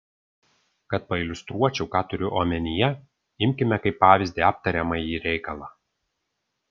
kad pailiustruočiau ką turiu omenyje imkime kaip pavyzdį aptariamąjį reikalą